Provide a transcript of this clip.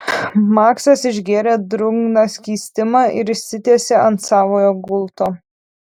maksas išgėrė drungną skystimą ir išsitiesė ant savojo gulto